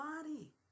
body